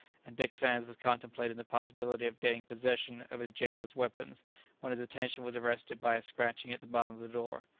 and dick sands was contemplating the possibility of getting posssession of his gaoler's weapons when his attention was arrested by a scratching at the bottom of the door.